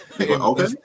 Okay